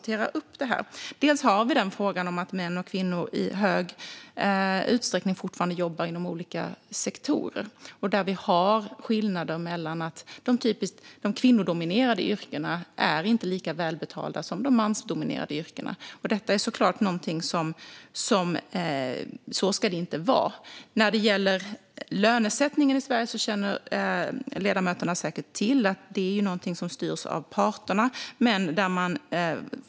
Till exempel har vi detta att män och kvinnor i hög utsträckning fortfarande jobbar inom olika sektorer, där de typiskt kvinnodominerade yrkena inte är lika välbetalda som de mansdominerade yrkena. Så ska det naturligtvis inte vara. Som ledamöterna säkert känner till styrs lönesättningen i Sverige av parterna.